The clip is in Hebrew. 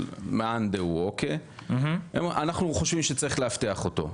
על מאן דהוא אנחנו חושבים שצריך לאבטח אותו.